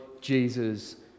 Jesus